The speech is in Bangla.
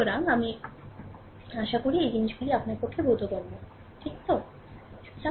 সুতরাং আমি আশা করি এই জিনিসগুলি আপনার পক্ষে বোধগম্য তাই না